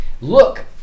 Look